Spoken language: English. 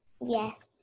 yes